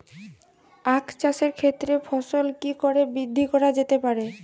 আক চাষের ক্ষেত্রে ফলন কি করে বৃদ্ধি করা যেতে পারে?